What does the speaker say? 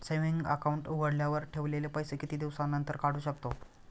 Saving account उघडल्यावर ठेवलेले पैसे किती दिवसानंतर काढू शकतो?